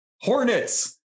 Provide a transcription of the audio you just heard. Hornets